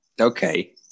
Okay